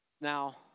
Now